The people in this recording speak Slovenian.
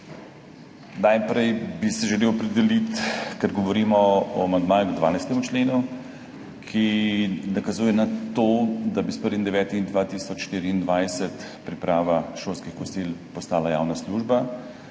Najprej bi se želel opredeliti, ker govorimo o amandmaju k 12. členu, ki nakazuje na to, da bi s 1. 9. 2024 priprava šolskih kosil postala javna služba.